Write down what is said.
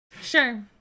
Sure